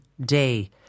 day